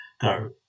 go